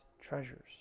treasures